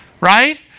Right